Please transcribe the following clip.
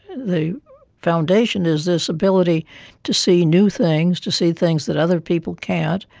the foundation is this ability to see new things, to see things that other people can't,